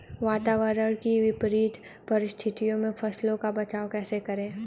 वातावरण की विपरीत परिस्थितियों में फसलों का बचाव कैसे करें?